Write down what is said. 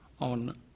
on